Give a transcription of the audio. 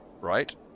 right